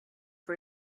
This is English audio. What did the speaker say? for